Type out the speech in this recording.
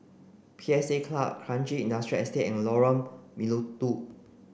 P S A Club Kranji Industrial Estate and Lorong Melukut